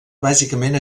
bàsicament